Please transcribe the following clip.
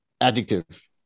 Adjective